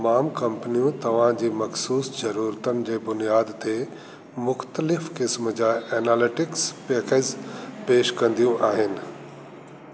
तमामु कम्पनियूं तव्हां जी मख़सूस ज़रुरतुनि जे बुनियादु ते मुख़्तलीफ़ क़िस्म जा एनालिटिक्स पैकेज पेश कंदियूं आहिनि